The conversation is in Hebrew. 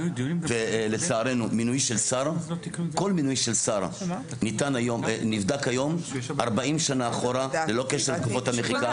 כל מינוי של שר נבדק היום 40 שנה אחורה ללא קשר לתקופות המחיקה.